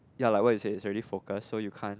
ya like what you say it's already focus so you can't